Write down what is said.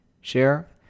share